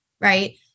Right